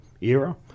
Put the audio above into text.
era